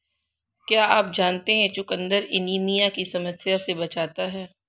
क्या आप जानते है चुकंदर एनीमिया की समस्या से बचाता है?